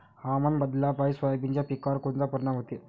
हवामान बदलापायी सोयाबीनच्या पिकावर कोनचा परिणाम होते?